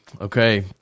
Okay